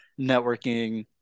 networking